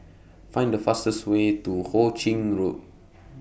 Find The fastest Way to Hu Ching Road